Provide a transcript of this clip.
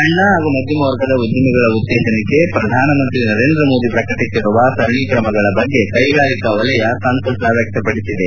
ಸಣ್ಣ ಹಾಗೂ ಮಧ್ಯಮ ವರ್ಗದ ಉದ್ವಿಮೆಗಳ ಉತ್ತೇಜನಕ್ಕೆ ಪ್ರಧಾನಮಂತ್ರಿ ನರೇಂದ್ರ ಮೋದಿ ಪ್ರಕಟಿಸಿರುವ ಸರಣಿ ಕ್ರಮಗಳ ಬಗ್ಗೆ ಕೈಗಾರಿಕಾ ವಲಯ ಸಂತಸ ವ್ಯಕ್ತಪಡಿಸಿದೆ